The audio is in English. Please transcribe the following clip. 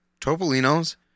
Topolino's